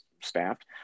staffed